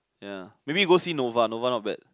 ya maybe you go see nova nova not bad